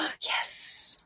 yes